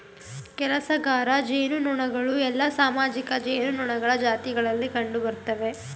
ಕೆಲಸಗಾರ ಜೇನುನೊಣಗಳು ಎಲ್ಲಾ ಸಾಮಾಜಿಕ ಜೇನುನೊಣಗಳ ಜಾತಿಗಳಲ್ಲಿ ಕಂಡುಬರ್ತ್ತವೆ